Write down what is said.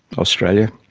australia,